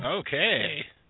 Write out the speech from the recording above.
Okay